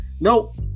Nope